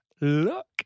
Look